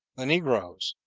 the negroes,